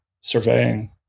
surveying